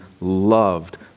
loved